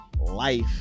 life